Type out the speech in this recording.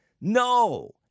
No